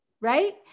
right